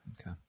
Okay